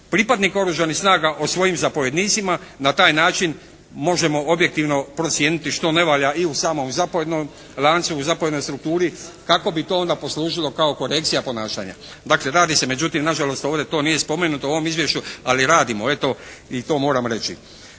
pripadnika oružanih snaga o svojim zapovjednicima. Na taj način možemo objektivno procijeniti što ne valja i u samom zapovjednom lancu, u zapovjednoj strukturi kako bi to onda poslužio kao korekcija ponašanja. Dakle, radi se, međutim nažalost to ovdje nije spomenuto u ovom izvješću, ali radimo eto i to moram reći.